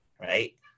right